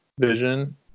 vision